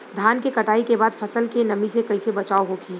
धान के कटाई के बाद फसल के नमी से कइसे बचाव होखि?